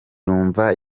numva